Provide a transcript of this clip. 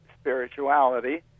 spirituality